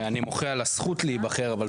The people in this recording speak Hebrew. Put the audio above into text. לדעתי הבעיה מורכבת משני דברים: אחד,